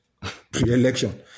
pre-election